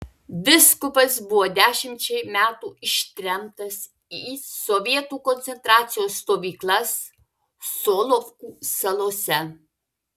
vyskupas buvo dešimčiai metų ištremtas į sovietų koncentracijos stovyklas solovkų salose